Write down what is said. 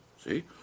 See